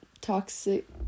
toxic